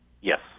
Yes